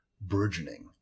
burgeoning